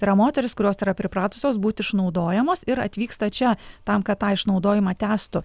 tai yra moterys kurios yra pripratusios būti išnaudojamos ir atvyksta čia tam kad tą išnaudojimą tęstų